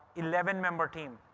eleven member team!